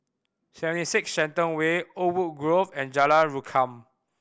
Seventy Six Shenton Way Oakwood Grove and Jalan Rukam